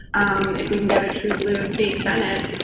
um if we can get a true blue state senate,